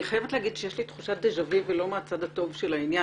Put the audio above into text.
אני חייבת להגיד שיש לי תחושת דז'ה וו ולא מהצד הטוב של העניין.